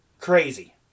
Crazy